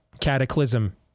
cataclysm